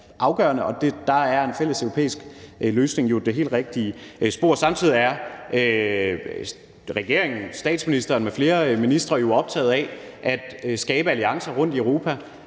der er en fælleseuropæisk løsning jo det helt rigtige spor at forfølge. Samtidig er regeringen – statsministeren med flere ministre – jo optaget af at skabe alliancer rundtom i Europa